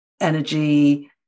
energy